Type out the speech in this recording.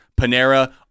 Panera